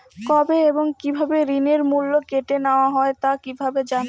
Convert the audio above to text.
কবে এবং কিভাবে ঋণের মূল্য কেটে নেওয়া হয় তা কিভাবে জানবো?